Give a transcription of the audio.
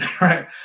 Right